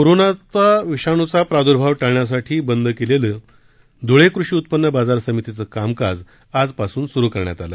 कोरोनाचा विषाणूचा प्रादर्भाव टाळण्यासाठी बंद करण्यात आलेलं ध्ळे कृषी उत्पन्न बाजार समितींच कामकाज आज पासून स्रू करण्यात आलं